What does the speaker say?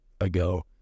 ago